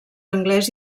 anglès